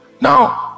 Now